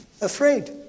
afraid